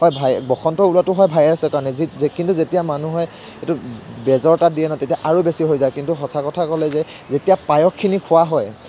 হয় ভাই বসন্ত ওলোৱাটো হয় ভাইৰাছৰ কাৰণে যেত যে কিন্তু যেতিয়া মানুহে এইটো বেজৰ তাত দিয়ে ন তেতিয়া আৰু বেছি হৈ যায় কিন্তু সঁচা কথা ক'লে যে যেতিয়া পায়সখিনি খোৱা হয়